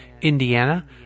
Indiana